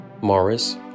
Morris